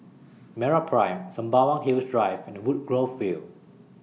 Meraprime Sembawang Hills Drive and Woodgrove View